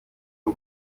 w’u